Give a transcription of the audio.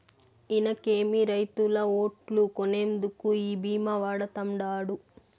ఇనకేమి, రైతుల ఓట్లు కొనేందుకు ఈ భీమా వాడతండాడు